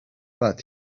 that